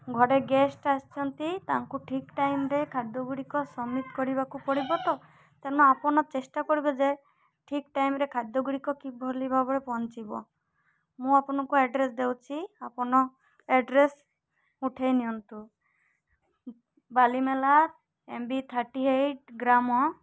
ଘରେ ଗେଷ୍ଟ ଆସିଛନ୍ତି ତାଙ୍କୁ ଠିକ୍ ଟାଇମ୍ରେ ଖାଦ୍ୟ ଗୁଡ଼ିକ ସବମିଟ୍ କରିବାକୁ ପଡ଼ିବ ତ ତେଣୁ ଆପଣ ଚେଷ୍ଟା କରିବେ ଯେ ଠିକ୍ ଟାଇମ୍ରେ ଖାଦ୍ୟ ଗୁଡ଼ିକ କିଭଳି ଭାବରେ ପହଞ୍ଚିବ ମୁଁ ଆପଣଙ୍କୁ ଆଡ଼୍ରେସ ଦଉଛିି ଆପଣ ଆଡ଼୍ରେସ ଉଠାଇ ନିଅନ୍ତୁ ବାଲିମେଲା ଏମ୍ ମ୍ବି ଥାର୍ଟି ଏଇଟ୍ ଗ୍ରାମ